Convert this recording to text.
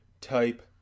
type